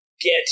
get